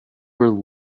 were